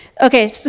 okay